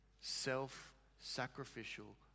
self-sacrificial